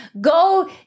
Go